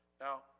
Now